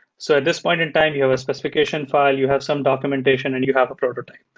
so at this point in time, you have a specification file. you have some documentation and you have a prototype.